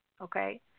Okay